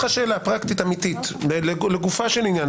פרקטית אמיתית לגופו של עניין,